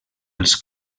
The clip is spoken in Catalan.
els